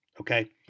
Okay